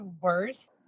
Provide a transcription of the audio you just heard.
worse